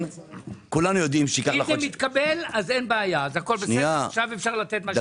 אם זה מתקבל אין בעיה ואפשר ללתת.